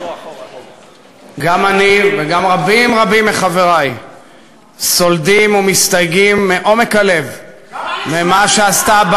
גם אני וגם רבים רבים מחברי סולדים ומסתייגים מעומק הלב ממה שעשתה,